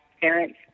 parents